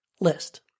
list